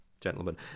gentlemen